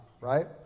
right